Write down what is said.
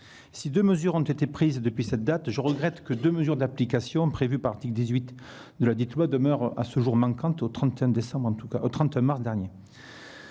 Si deux mesures ont été prises depuis cette date, deux mesures d'application prévues par l'article 18 de ladite loi étaient toujours manquantes au 31mars dernier.